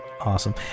awesome